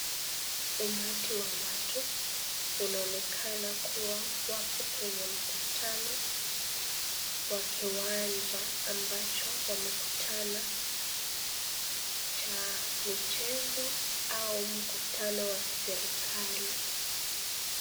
Umati wa watu unaonekana kuwa wapo kwenye mkutano wa kiwanja ambacho wamekutana cha michezo au mkutano wa kiserikali.